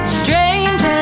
strange